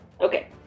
Okay